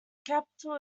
capital